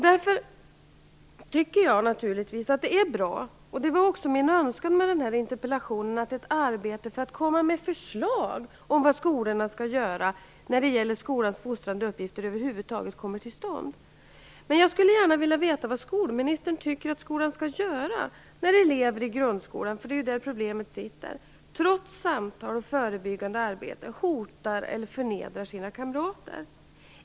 Därför tycker jag naturligtvis att det är bra - det var också min önskan med den här interpellationen - att ett arbete för att komma med förslag om vad skolorna skall göra när det gäller skolans fostrande uppgifter över huvud taget kommer tillstånd. det är ju där problemet ligger - trots samtal och förebyggande arbete hotar eller förnedrar sina kamrater.